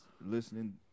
listening